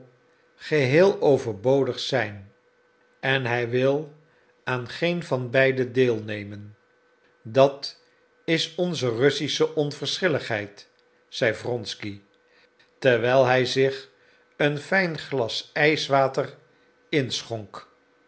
geheel overbodig zijn en hij wil aan geen van beide deelnemen dat is onze russische onverschilligheid zei wronsky terwijl hij zich in een fijn glas ijswater schonk